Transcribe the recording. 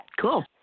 Cool